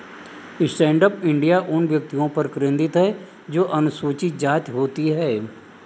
stand up India उन व्यक्तियों पर केंद्रित है जो अनुसूचित जाति होती है